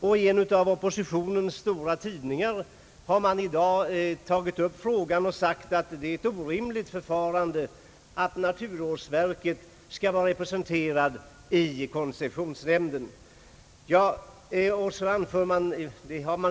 I en av oppositionens stora tidningar har man i dag tagit upp frågan och sagt att det är ett orimligt förfarande att naturvårdsverket skall vara representerat i koncessionsnämnden.